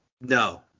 No